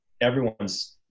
everyone's